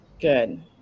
good